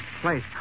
place